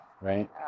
right